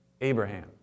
Abraham